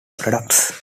products